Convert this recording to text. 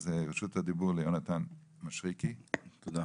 אז רשות הדיבור ליונתן מישרקי, בבקשה.